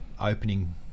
opening